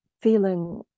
feeling